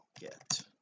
get